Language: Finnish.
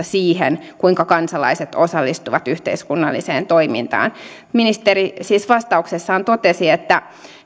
siihen kuinka kansalaiset osallistuvat yhteiskunnalliseen toimintaan ministeri siis vastauksessaan totesi että